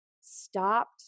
stopped